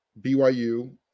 BYU